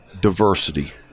diversity